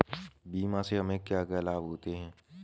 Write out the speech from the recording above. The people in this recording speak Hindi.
बीमा से हमे क्या क्या लाभ होते हैं?